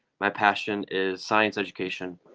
my passion is science education.